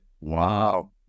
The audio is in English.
Wow